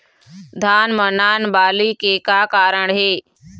धान म नान बाली के का कारण हे?